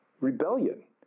rebellion